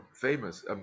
famous